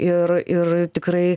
ir ir tikrai